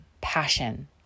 passion